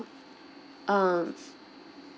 um